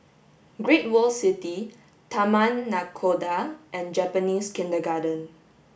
Great World City Taman Nakhoda and Japanese Kindergarten